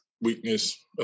weakness